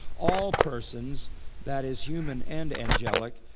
all persons that is human and angelic,